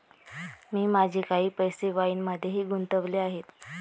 मी माझे काही पैसे वाईनमध्येही गुंतवले आहेत